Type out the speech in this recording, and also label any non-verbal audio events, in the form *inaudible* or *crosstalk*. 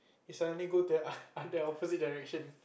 he suddenly go to other *noise* the opposite directions